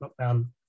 lockdown